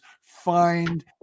find